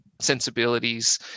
sensibilities